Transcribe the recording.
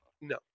No